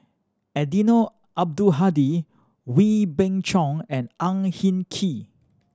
Eddino Abdul Hadi Wee Beng Chong and Ang Hin Kee